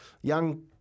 Young